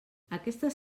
aquestes